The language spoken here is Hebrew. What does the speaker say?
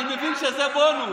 אני מבין שזה בונוס.